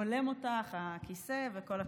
הולם אותך הכיסא, וכל הכבוד.